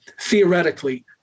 theoretically